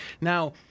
Now